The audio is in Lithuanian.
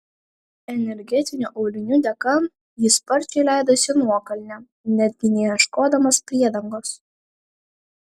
energetinių aulinių dėka jis sparčiai leidosi nuokalne netgi neieškodamas priedangos